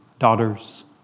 daughters